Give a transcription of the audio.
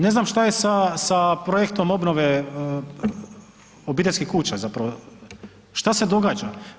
Ne znam šta je sa projektom obnove obiteljskih kuća, zapravo šta se događa.